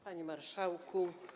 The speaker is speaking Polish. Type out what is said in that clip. Panie Marszałku!